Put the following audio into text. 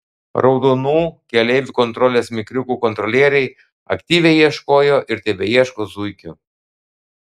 raudonų keleivių kontrolės mikriukų kontrolieriai aktyviai ieškojo ir tebeieško zuikių